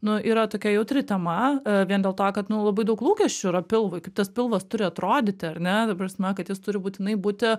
nu yra tokia jautri tema vien dėl to kad nu labai daug lūkesčių yra pilvui kaip tas pilvas turi atrodyti ar ne ta prasme kad jis turi būtinai būti